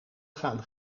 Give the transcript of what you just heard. gaan